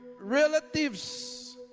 relatives